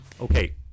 okay